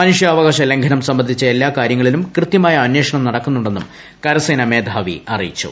മനുഷ്യാവകാശ ലംഘനം സംബന്ധിച്ച എല്ലാ കാര്യങ്ങളിലും കൃത്യമായ അന്വേഷണം നടക്കുന്നുണ്ടെന്നും കരസേനാ മേധാവി അറിയിച്ചു